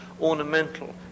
ornamental